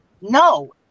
No